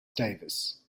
davis